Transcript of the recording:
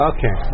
Okay